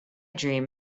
dream